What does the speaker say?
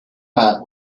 mat